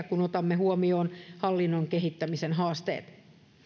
kun otamme huomioon hallinnon kehittämisen haasteet